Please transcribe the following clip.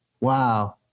Wow